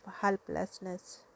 helplessness